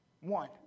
One